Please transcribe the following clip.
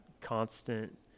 constant